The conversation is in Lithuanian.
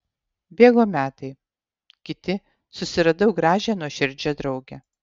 bėgo metai kiti susiradau gražią nuoširdžią draugę